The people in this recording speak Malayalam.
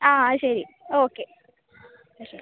ആ ശരി ഓക്കെ ഓക്കെ